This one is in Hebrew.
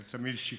זה תמיד שקלול,